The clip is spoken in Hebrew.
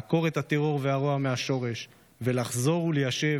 לעקור את הטרור והרוע ולחזור וליישב